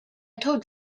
told